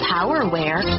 Powerware